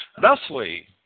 Thusly